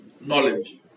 knowledge